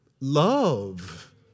Love